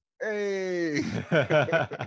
Hey